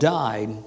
died